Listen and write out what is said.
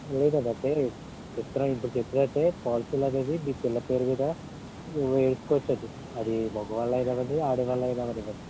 లేదండి ఒకే రేట్ చెప్తున్నా ఇప్పుడు చెప్పినట్టే పోలసీలన్నీ మీ పిల్ల పేరు మీద వేసుకోవచ్చండి అది మగవాళ్ళైనా అవని ఆడవాళ్ళైనా అవనివ్వండి